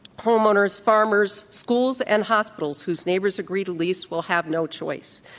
homeowners, farms, schools, and hospitals whose neighbors agree to lease will have no choice.